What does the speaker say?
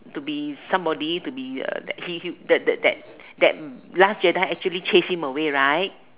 to be somebody to be uh that he that that that that last Jedi actually chased him away right